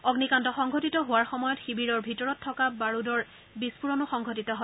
অগ্নিকাণ্ড সংঘটিত হোৱাৰ সময়ত শিবিৰৰ ভিতৰত থকা বাৰুদৰ বিস্ফোৰনো সংঘটিত হয়